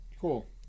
Cool